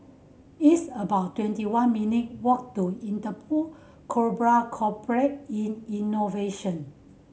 it's about twenty one minute walk to Interpol Global Complex in Innovation